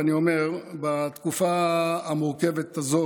ואני אומר: בתקופה המורכבת הזו,